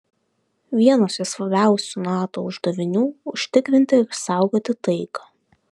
vienas iš svarbiausių nato uždavinių užtikrinti ir išsaugoti taiką